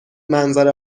منظره